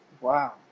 wow